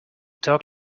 talk